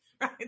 right